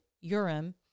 Urim